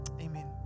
Amen